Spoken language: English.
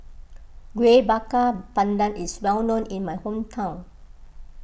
Kuih Bakar Pandan is well known in my hometown